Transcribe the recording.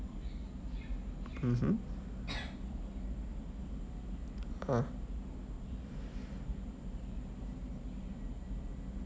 mmhmm ah